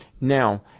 Now